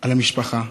על המשפחה,